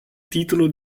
titolo